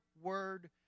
word